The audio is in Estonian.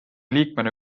liikmena